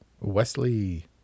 Wesley